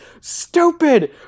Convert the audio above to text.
stupid